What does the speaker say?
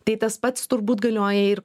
tai tas pats turbūt galioja ir